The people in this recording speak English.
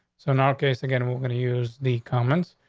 so in our case again, and we're going to use the comments.